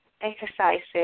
exercises